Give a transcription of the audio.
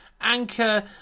Anchor